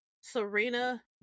Serena